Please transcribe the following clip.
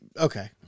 Okay